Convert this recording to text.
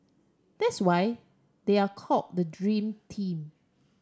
that's why they are called the dream team